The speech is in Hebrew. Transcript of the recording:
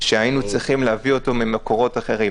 שהיינו צריכים להביא ממקורות אחרים.